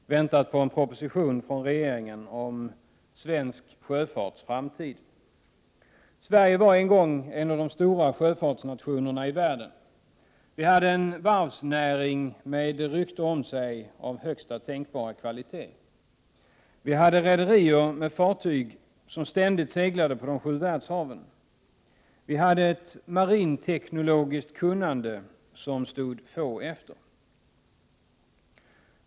Under lång tid har trafikutskottet och riksdagen väntat på en proposition från regeringen om svensk sjöfarts framtid. Sverige var en gång en av de stora sjöfartsnationerna i världen. Vi hade en varvsnäring som hade rykte om sig att vara av bästa tänkbara kvalitet. Vi hade rederier med fartyg som ständigt seglade på de sju världshaven. Vi hade ett marinteknologiskt kunnande som stod få efter.